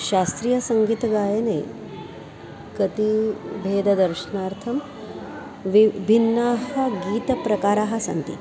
शास्त्रीयसङ्गीतगायने कति भेददर्शनार्थं विभिन्नाः गीतप्रकाराः सन्ति